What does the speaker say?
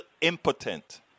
impotent